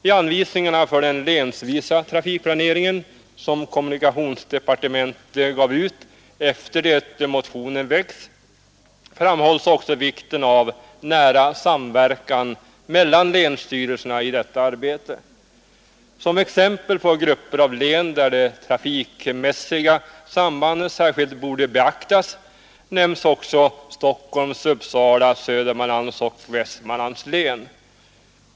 I anvisningarna för den länsvisa trafikplaneringen, som kommunikationsdepartementet gav ut efter det motionen väckts, framhålles också vikten av nära samverkan mellan länsstyrelserna i detta arbete. Som exempel på grupper av län där det trafikmässiga sambandet särskilt borde beaktas nämns Stockholms, Uppsala, Södermanlands och Västmanlands län.